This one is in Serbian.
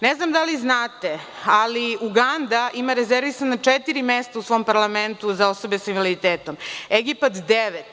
Ne znam da li znate, ali Uganda ima rezervisana četiri mesta u svom parlamentu za osobe sa invaliditetom, Egipat devet.